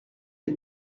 des